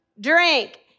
drink